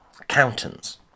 accountants